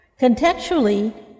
Contextually